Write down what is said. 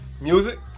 music